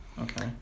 Okay